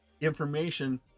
information